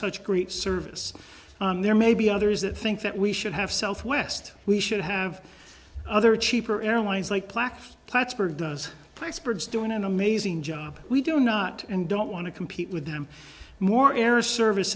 such great service there may be others that think that we should have southwest we should have other cheaper airlines like black plattsburgh does pittsburgh's doing an amazing job we do not and don't want to compete with them more air service